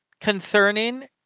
concerning